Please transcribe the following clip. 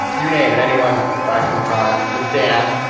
you name it. anyone back in the time. and dan,